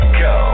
go